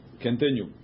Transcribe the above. Continue